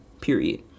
period